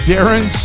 Darren